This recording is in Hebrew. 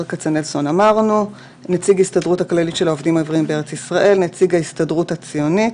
נציג ההסתדרות הציונית,